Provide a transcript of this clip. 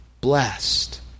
blessed